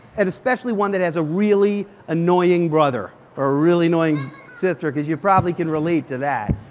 and especially one that has a really annoying brother or a really annoying sister. because you probably can relate to that.